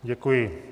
Děkuji.